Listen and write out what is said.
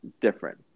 different